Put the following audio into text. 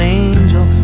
angel